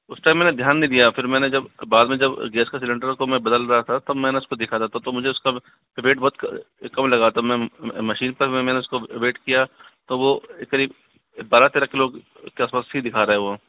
उस टाइम मैंने ध्यान नहीं दिया फ़िर मैंने जब बाद में जब गैस के सिलेंडर को मैं बदल रहा था तब मैंने उसको देखा था तब मुझे उसका वेट बहुत कम लगा तो मशीन पर जब मैंने उसको वेट किया तो वो करीब बारह तेरह किलो के आस पास ही दिखा रहा है वो